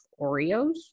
Oreos